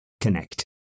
connect